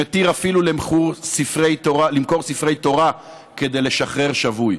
שמתיר אפילו למכור ספרי תורה כדי לשחרר שבוי.